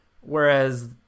Whereas